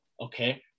Okay